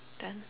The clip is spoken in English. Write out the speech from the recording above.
then